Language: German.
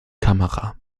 kamera